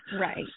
right